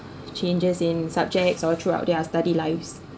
changes in subjects all throughout their study lives